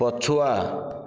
ପଛୁଆ